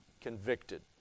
convicted